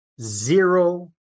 zero